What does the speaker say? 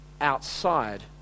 outside